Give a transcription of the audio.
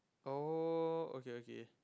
oh okay okay